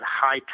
high